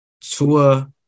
tua